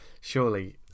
surely